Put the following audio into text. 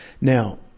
Now